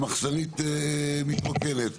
המחסנית מתרוקנת,